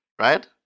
right